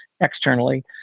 externally